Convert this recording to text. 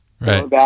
Right